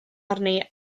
arni